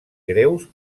greus